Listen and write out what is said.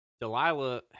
Delilah